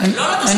לא לתושבים.